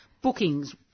Bookings